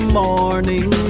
morning